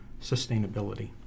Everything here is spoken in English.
sustainability